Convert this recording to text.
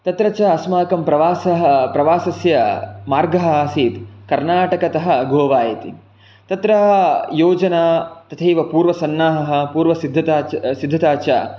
तत्र च अस्माकं प्रवासः प्रवासस्य मार्गः आसीत् कर्णाटकतः गोवा इति तत्र योजना तथैव पूर्वसन्नाहः पूर्वसिद्धता सिद्धता च